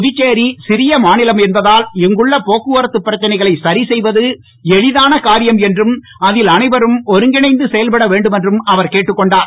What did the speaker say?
புதுச்சேரி சிறிய மாநிலம் என்பதால் இங்குள்ள போக்குவரத்து பிரச்சனைகளை சரிசெய்வது எளிதான காரியம் என்றும் அதில் அனைவரும் ஒருங்கிணைந்து செயல்படவேண்டும் என்றும் அவர் கேட்டுக்கொண்டார்